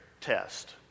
test